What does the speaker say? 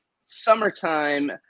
Summertime